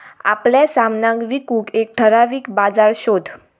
आपल्या सामनाक विकूक एक ठराविक बाजार शोध